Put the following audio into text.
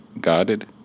guarded